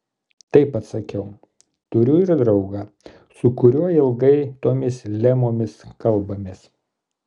taip atsakiau turiu ir draugą su kuriuo ilgai tomis lemomis kalbamės